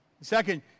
Second